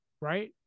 Right